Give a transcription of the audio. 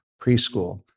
preschool